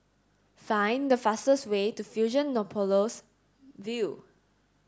find the fastest way to Fusionopolis View